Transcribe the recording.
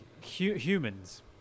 humans